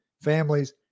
families